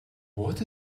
what